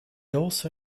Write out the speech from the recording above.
also